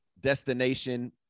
destination